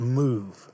move